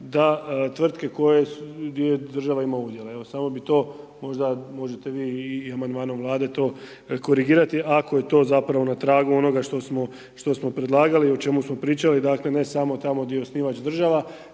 da tvrtke koje država ima udjele. Evo, samo bi to možda možete vi i amandmanom Vlade to korigirati, ako je to zapravo na tragu onoga što smo predlagali o čemu smo pričali, dakle ne samo tamo gdje je osnivač država